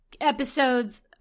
episodes